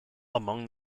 among